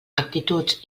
actituds